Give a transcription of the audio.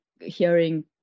hearing